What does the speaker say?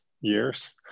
years